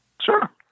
sure